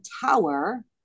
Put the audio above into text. tower